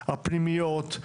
הפנימיות,